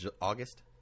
august